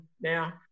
now